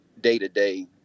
day-to-day